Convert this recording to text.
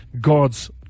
God's